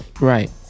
Right